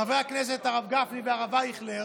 חבר הכנסת הרב גפני והרב אייכלר,